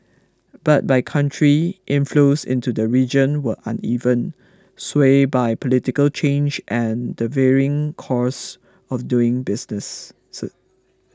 but by country inflows into the region were uneven swayed by political change and the varying costs of doing business so